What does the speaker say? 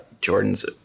Jordan's